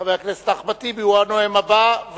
חבר הכנסת אחמד טיבי הוא הנואם הבא,